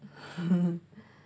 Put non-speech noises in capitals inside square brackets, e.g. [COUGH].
[LAUGHS]